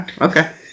okay